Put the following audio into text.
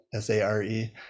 SARE